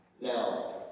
Now